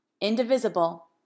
indivisible